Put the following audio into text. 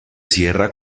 cierra